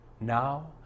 Now